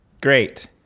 Great